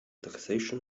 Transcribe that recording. taxation